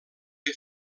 que